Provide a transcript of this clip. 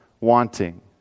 wanting